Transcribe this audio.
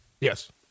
Yes